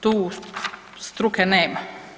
Tu struke nema.